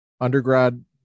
undergrad